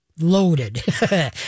loaded